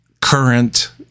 current